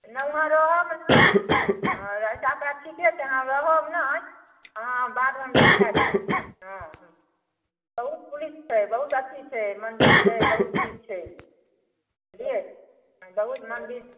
नहि वहाँ रहब ने हँ रास्ता पेरा ठीके छै अहाँ रहब ने अहाँ बादमे हम देखै देब हँ बहुत पुलिस छै बहुत अथी छै मंदिर छै बहुत चीज छै बुझलिऐ बहुत मंदिर